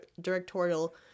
directorial